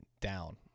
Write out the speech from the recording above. down